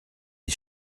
des